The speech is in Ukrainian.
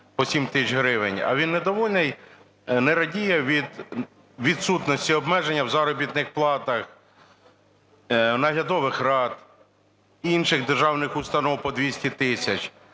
А він не довольний, не радіє від відсутності обмеження в заробітних платах наглядових рад, інших державних установ по 200 тисяч.